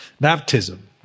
baptism